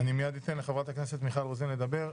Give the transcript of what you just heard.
מייד אתן לחברת הכנסת רוזין לדבר.